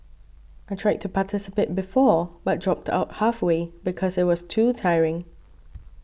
I tried to participate before but dropped out halfway because it was too tiring